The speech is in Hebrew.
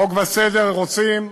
חוק וסדר, רוצים.